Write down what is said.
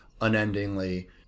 unendingly